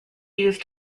used